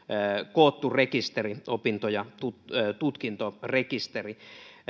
koottu rekisteri opinto ja tutkintorekisteri